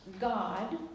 God